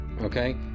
Okay